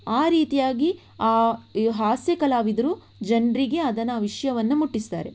ಆ ರೀತಿಯಾಗಿ ಆ ಹಾಸ್ಯ ಕಲಾವಿದರು ಜನರಿಗೆ ಅದನ್ನು ಆ ವಿಷಯವನ್ನು ಮುಟ್ಟಿಸ್ತಾರೆ